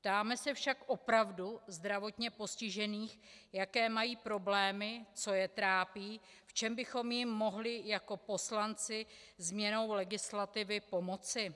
Ptáme se však opravdu zdravotně postižených, jaké mají problémy, co je trápí, v čem bychom jim mohli jako poslanci změnou legislativy pomoci?